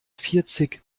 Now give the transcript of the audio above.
vierzig